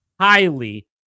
highly